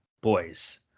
Boys